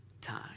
time